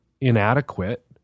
inadequate